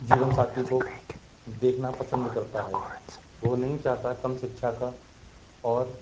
जीवन साथी को देखना पसंद करता है वो नहीं चाहता कम शिक्षा का और